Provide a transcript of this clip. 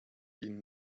ihn